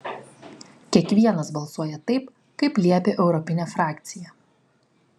kiekvienas balsuoja taip kaip liepia europinė frakcija